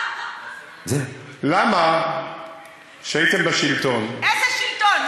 למה כשהייתם בשלטון, איזה שלטון?